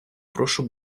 прошу